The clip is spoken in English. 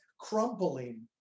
crumpling